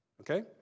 Okay